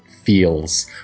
feels